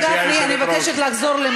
אני לא מתווכח אתך על תקציבים.